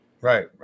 right